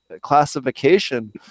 classification